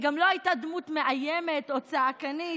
היא גם לא הייתה דמות מאיימת או צעקנית,